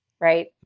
right